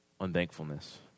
unthankfulness